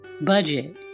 Budget